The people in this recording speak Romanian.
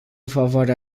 favoarea